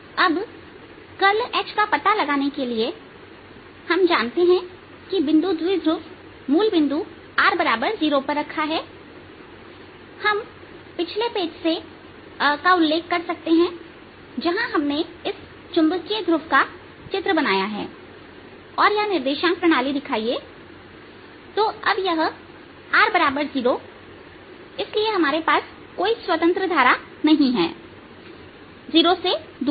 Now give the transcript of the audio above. अब करल H का पता लगाने के लिए हम जानते हैं कि बिंदु द्विध्रुव मूल पर r0 पर रखा हुआ है हम पिछले पृष्ठ का उल्लेख कर सकते हैं Refer Time 1603 जहां हमने इस चुंबकीय ध्रुव का चित्र बनाया है और यह निर्देशांक प्रणाली दिखाइए तो अब यह r0 इसलिए हमारे पास कोई स्वतंत्र धारा नहीं है 0 से दूरr0